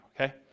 okay